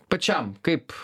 pačiam kaip